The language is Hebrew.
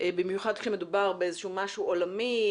במיוחד כשמדובר באיזשהו משהו עולמי,